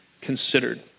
considered